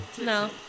No